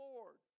Lord